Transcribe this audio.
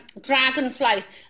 dragonflies